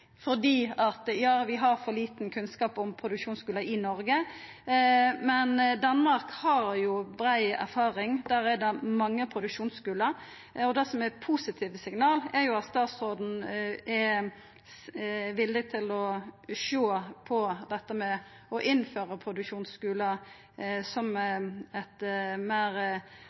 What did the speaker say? fordi vi har for lite kunnskap om produksjonsskular i Noreg. Men Danmark har brei erfaring, der er det mange produksjonsskular. Det som er positive signal, er at statsråden er villig til å sjå på dette med å innføra produksjonsskular som eit meir